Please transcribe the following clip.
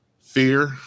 fear